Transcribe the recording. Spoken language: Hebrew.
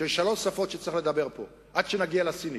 צריך לדבר שלוש שפות, עד שנגיע לסינית: